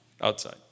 outside